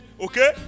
okay